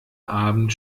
abend